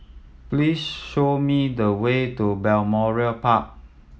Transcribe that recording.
please show me the way to Balmoral Park